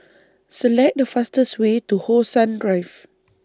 Select The fastest Way to How Sun Drive